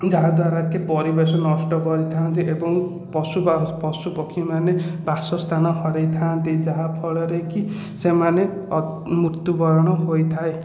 ଯାହାଦ୍ବାରା କି ପରିବେଶ ନଷ୍ଟ କରିଥାନ୍ତି ଏବଂ ପଶୁ ପଶୁ ପକ୍ଷୀ ମାନେ ବାସସ୍ଥାନ ହରାଇଥାନ୍ତି ଯାହାଫଳରେ କି ସେମାନେ ମୃତ୍ଯୁବରଣ ହୋଇଥାଏ